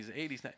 80s